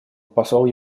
посол